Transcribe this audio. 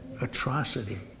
atrocity